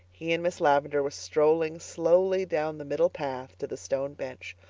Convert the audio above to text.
he and miss lavendar were strolling slowly down the middle path to the stone bench.